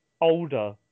older